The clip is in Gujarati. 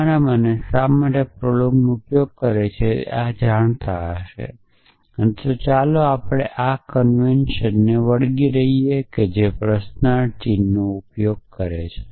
તમારામાંના શા માટે પ્રોલોગનો ઉપયોગ થાય છે તે આ જાણતા હશે તેથી ચાલો આપણે આપણા કોન્વેનશન ને વળગી રહીએ જે પ્રશ્નાર્થ ચિહ્નનો ઉપયોગ કરવા માટે છે